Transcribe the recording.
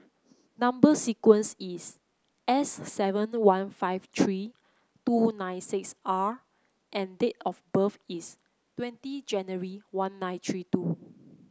number sequence is S seven one five three two nine six R and date of birth is twenty January one nine three two